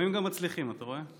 לפעמים גם מצליחים, אתה רואה?